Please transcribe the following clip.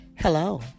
Hello